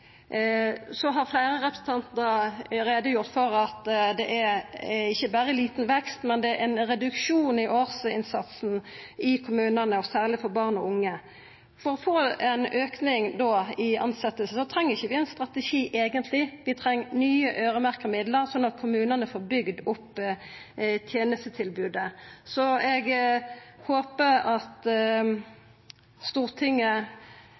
Så har fleire representantar gjort greie for at det er ikkje berre liten vekst, det er ein reduksjon i årsinnsatsen i kommunane, og særleg for barn og unge. For å få ein auke i talet på tilsetjingar treng vi eigentleg ikkje ein strategi, vi treng nye øyremerkte midlar, slik at kommunane får bygt opp tenestetilbodet. Eg håpar at Stortinget